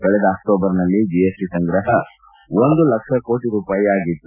ಕಳೆದ ಅಕ್ಟೋಬರ್ ತಿಂಗಳಲ್ಲಿ ಜಿಎಸ್ಟಿ ಸಂಗ್ರಹ ಒಂದು ಲಕ್ಷ ಕೋಟ ರೂಪಾಯಿ ಆಗಿತ್ತು